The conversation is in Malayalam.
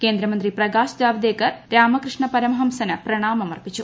കേന്ദ്രമന്ത്രി പ്രകാശ് ജാവ്ദേക്കർ രാമകൃഷ്ണ പരമഹംസന് പ്രമാണമർപ്പിച്ചു